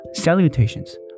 Salutations